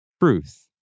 Truth